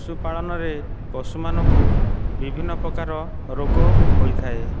ପଶୁପାଳନରେ ପଶୁମାନଙ୍କୁ ବିଭିନ୍ନ ପ୍ରକାର ରୋଗ ହୋଇଥାଏ